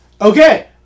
Okay